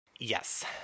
Yes